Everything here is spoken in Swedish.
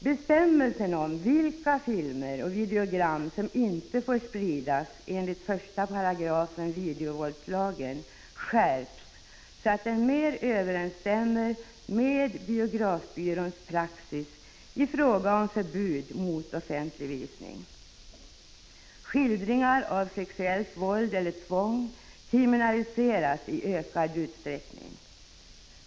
Bestämmelsen om vilka filmer och videogram som inte får spridas enligt 1 § videovåldslagen skärps, så att den mer överensstämmer med biografbyråns praxis i fråga om förbud mot offentlig visning. Skildringar av sexuellt våld eller tvång kriminaliseras i ökad utsträckning.